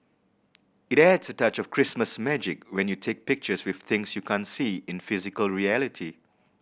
it adds a touch of Christmas magic when you take pictures with things you can't see in physical reality